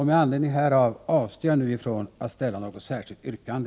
Med anledning härav avstår jag nu från att ställa något särskilt yrkande.